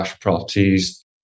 properties